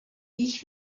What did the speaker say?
ich